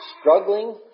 struggling